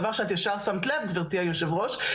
דבר שאת ישר שמת אליו לב גברתי היושבת הראש,